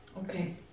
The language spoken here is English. Okay